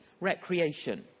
recreation